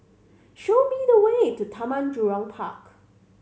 show me the way to Taman Jurong Park